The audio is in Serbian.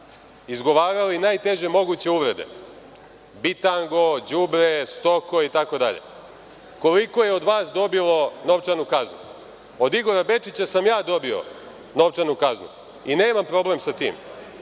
izgovarali najteže moguće uvrede – bitango, đubre, stoko, itd. Koliko je od vas dobilo novčanu kaznu? Od Igora Bečića sam ja dobio novčanu kaznu i nemam problem sa tim,